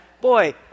boy